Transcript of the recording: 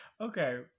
Okay